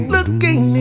Looking